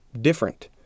different